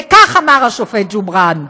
וכך אמר השופט ג'ובראן: